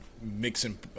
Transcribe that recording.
mixing